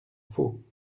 faux